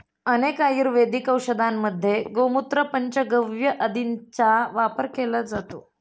अनेक आयुर्वेदिक औषधांमध्ये गोमूत्र, पंचगव्य आदींचा वापर केला जातो